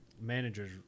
managers